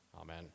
Amen